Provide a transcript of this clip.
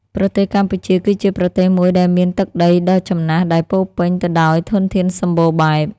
ប្រទេសកម្ពុជា គឺជាប្រទេសមួយដែលមានទឹកដីដ៏ចំណាស់ដែលពោលពេញទៅដោយធនធានសម្បូរបែប។